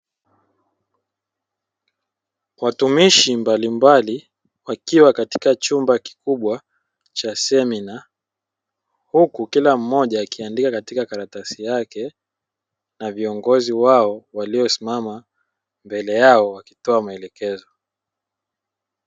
Watumishi mbalimbali wakiwa katika chumba kikubwa cha semina, huku kila mmoja akiandika katika karatasi yake, na viongozi wao waliosimama mbele yao wakitoa maelekezo.